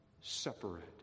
separate